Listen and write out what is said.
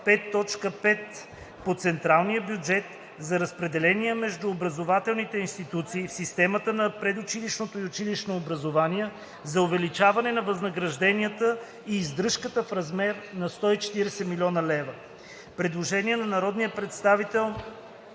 „5.5. По централния бюджет за разпределение между образователните институции в системата на предучилищното и училищното образование за увеличаване на възнагражденията и издръжката – в размер на 140 000 хил. лв.“ Предложение на народния представител